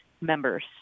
members